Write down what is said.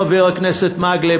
חבר הכנסת מקלב,